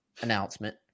announcement